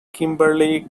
kimberly